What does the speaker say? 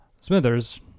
smithers